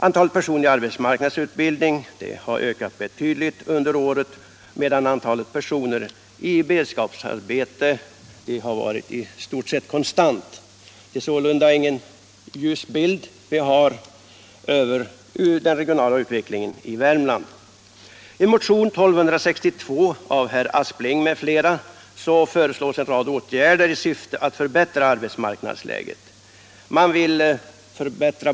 Antalet personer i arbetsmarknadsutbildning ökade betydligt under senaste året, medan antalet personer i beredskapsarbete var i stort sett konstant. Utvecklingen i Värmland företer sålunda ingen ljus bild. I motionen 1262 av herr Aspling m.fl. föreslås en rad åtgärder i syfte att förbättra arbetsmarknadsläget i länet.